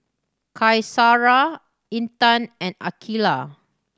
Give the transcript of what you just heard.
Qaisara Intan and Aqilah